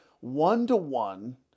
One-to-one